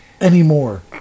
anymore